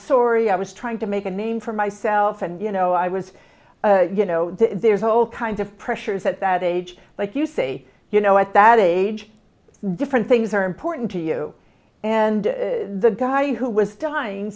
story i was trying to make a name for myself and you know i was you know there's all kinds of pressures at that age like you say you know at that age different things are important to you and the guy who was dying